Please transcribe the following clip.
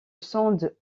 sondes